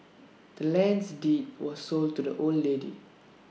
the land's deed was sold to the old lady